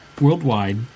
Worldwide